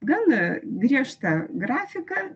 gana griežtą grafiką